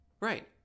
Right